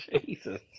jesus